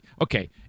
okay